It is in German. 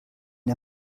der